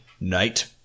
night